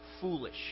foolish